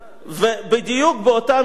ובדיוק באותה מידה,